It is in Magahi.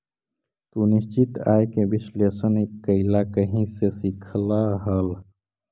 तू निश्चित आय के विश्लेषण कइला कहीं से सीखलऽ हल?